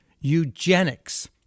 eugenics